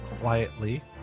quietly